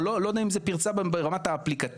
לא יודע אם זה פרצה ברמת האפליקציה,